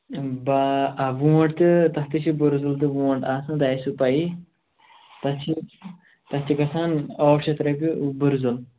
با آ وونٛٹھ تہِ تَتھ تہِ چھِ بٔرزُل تہٕ وونٛٹھ آسان تۄہہِ آسوٕ پَیی تَتھ چھِ تَتھ چھِ گژھان ٲٹھ شتھ رۄپیہِ بُرزُل